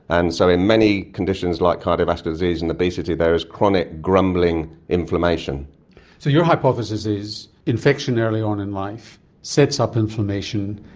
and so in many conditions like cardiovascular disease and obesity there is chronic grumbling inflammation. so your hypothesis is infection early on in life sets up inflammation,